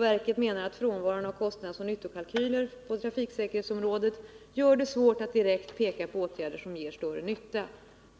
Verket menar att frånvaron av kostnadsoch nyttokalkyler på trafiksäkerhetsområdet gör det svårt att direkt peka på åtgärder som ger större nytta.